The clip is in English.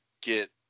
get